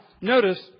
notice